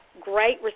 great